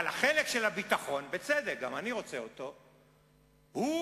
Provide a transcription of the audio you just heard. אבל החלק של הביטחון, בצדק, גם אני רוצה אותו, הוא